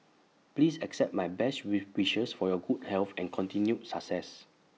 please accept my best wish wishes for your good health and continued success